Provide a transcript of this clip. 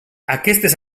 aquestes